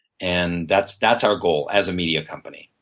and that's that's our goal as a media company.